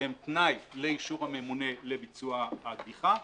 שהן תנאי לאישור הממונה לביצוע הקדיחה,